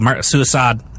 Suicide